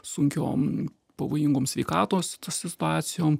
sunkiom pavojingom sveikatos situacijom